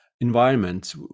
environments